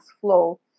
flow